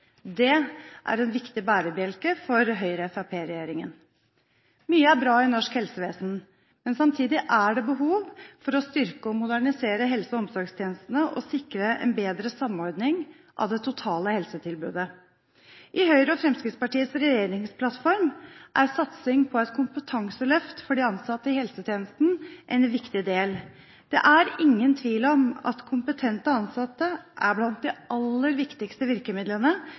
Det er en viktig bærebjelke for Høyre–Fremskrittsparti-regjeringen. Mye er bra i norsk helsevesen, men samtidig er det behov for å styrke og modernisere helse- og omsorgstjenestene og sikre en bedre samordning av det totale helsetilbudet. I Høyres og Fremskrittspartiets regjeringsplattform er satsing på et kompetanseløft for de ansatte i helsetjenesten en viktig del. Det er ingen tvil om at kompetente ansatte er blant de aller viktigste virkemidlene